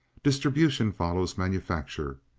distribution follows manufacture,